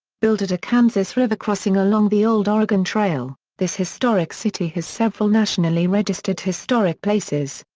built at a kansas river crossing along the old oregon trail, this historic city has several nationally registered historic places.